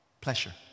Pleasure